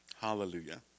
Hallelujah